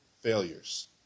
failures